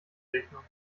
rechnung